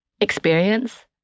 experience